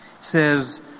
says